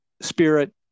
spirit